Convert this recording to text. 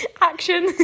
Action